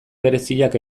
bereziak